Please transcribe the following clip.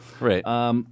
Right